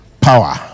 power